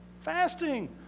Fasting